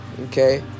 Okay